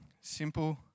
Simple